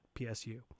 PSU